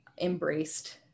embraced